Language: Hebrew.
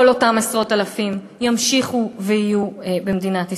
כל אותם עשרות אלפים ימשיכו ויהיו במדינת ישראל.